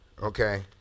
okay